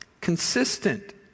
Consistent